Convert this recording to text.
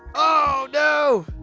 oh no!